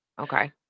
Okay